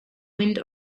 wind